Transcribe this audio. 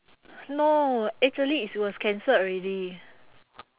no actually it was cancelled already